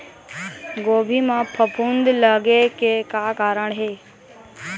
गोभी म फफूंद लगे के का कारण हे?